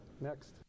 Next